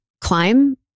climb